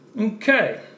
Okay